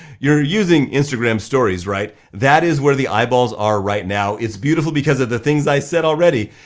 you're using instagram stories, right? that is where the eyeballs are right now, it's beautiful because of the things i said already.